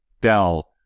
Dell